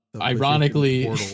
Ironically